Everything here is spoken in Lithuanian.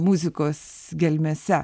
muzikos gelmėse